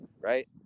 Right